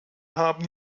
haben